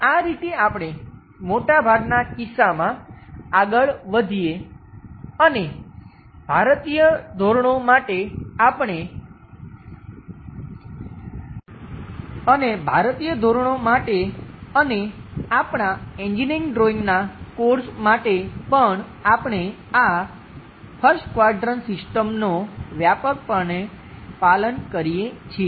આ રીતે આપણે મોટા ભાગના કિસ્સામાં આગળ વધીએ અને ભારતીય ધોરણો માટે અને આપણા એન્જિનિયરિંગ ડ્રોઇંગનાં કોર્સ માટે પણ આપણે આ 1st ક્વાડ્રંટ સિસ્ટમનો વ્યાપકપણે પાલન કરીએ છીએ